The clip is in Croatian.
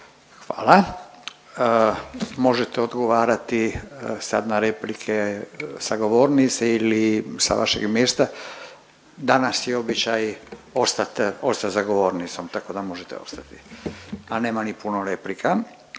Hvala. Možete odgovarati sad na replike sa govornice ili sa vašeg mjesta. Danas je običaj ostati za govornicom, tako da možete ostati, a nema ni puno replika.